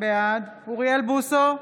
בעד אוריאל בוסו,